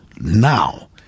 Now